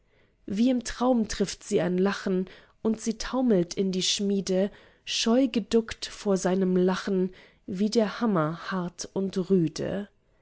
wie im traum trifft sie ein lachen und sie taumelt in die schmiede scheu geduckt vor seinem lachen wie der hammer hart und rüde